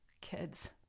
Kids